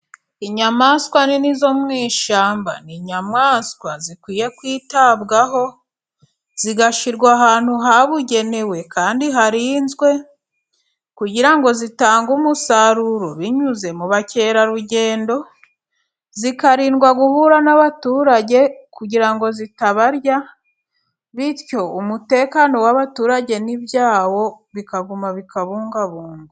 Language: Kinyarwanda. Inyamaswa nini zo mu ishyamba ni inyamaswa zikwiye kwitabwaho, zigashyirwa ahantu habugenewe, kandi haririnzwe, kugira ngo zitange umusaruro binyuze mu bakerarugendo, zikarindwa guhura n'abaturage kugira ngo zitabarya, bityo umutekano w'abaturage n'ibyabo bikaguma bikabungabungwa.